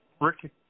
Ricky